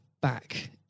back